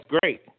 great